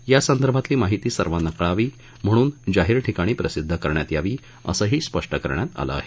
यासंदर्भातली माहिती सर्वांना कळावी म्हणून जाहीर ठिकाणी प्रसिद्ध करण्यात यावी असंही स्पष्ट करण्यात आलं आहे